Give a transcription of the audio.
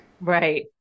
Right